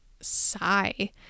sigh